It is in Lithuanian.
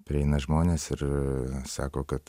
prieina žmonės ir sako kad